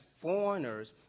foreigners